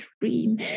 dream